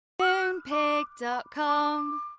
Moonpig.com